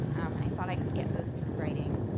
and i thought i could get those through writing.